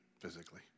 physically